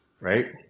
right